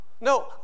no